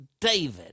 David